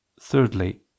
thirdly